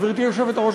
גברתי היושבת-ראש,